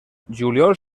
juliol